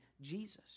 Jesus